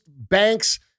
banks